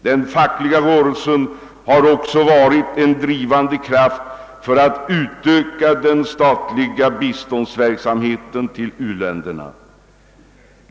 Den fackliga rörelsen har också varit en drivande kraft för att utveckla den statliga biståndsverksamheten till u-länderna.